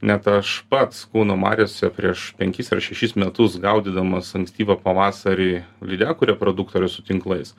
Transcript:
net aš pats kauno mariose prieš penkis ar šešis metus gaudydamas ankstyvą pavasarį lydekų reproduktorių su tinklais